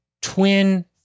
twin